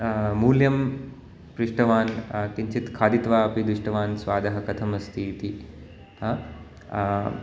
मूल्यं पृष्टवान् किञ्चित् खादित्वा अपि दृष्टवान् स्वादः कथम् अस्ति इति हा